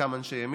חלקם אנשי ימין,